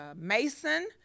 mason